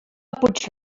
puig